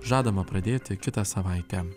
žadama pradėti kitą savaitę